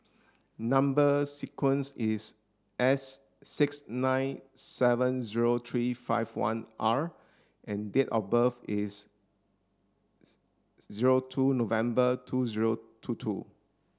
number sequence is S six nine seven zero three five one R and date of birth is zero two November two zero two two